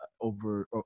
over